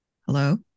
hello